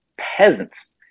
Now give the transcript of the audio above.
peasants